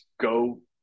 go